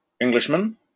Englishman